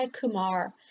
Kumar